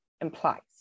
implies